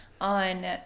On